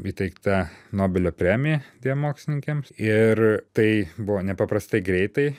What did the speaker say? įteikta nobelio premija dviem mokslininkėms ir tai buvo nepaprastai greitai